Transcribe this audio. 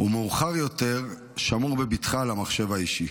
ומאוחר יותר, שמור בבטחה על המחשב האישי.